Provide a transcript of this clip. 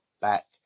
back